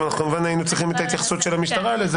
כמובן היינו צריכים את התייחסות המשטרה לזה.